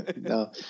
No